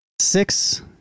Six